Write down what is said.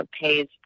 pays